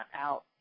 out